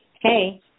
Hey